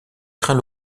trains